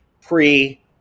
pre